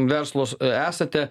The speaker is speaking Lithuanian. verslo s esate